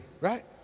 right